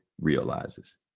realizes